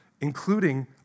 including